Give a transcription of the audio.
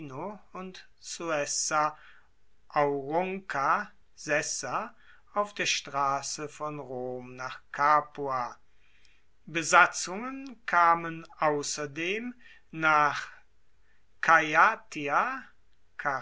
und suessa aurunca sessa auf der strasse von rom nach capua besatzungen kamen ausserdem nach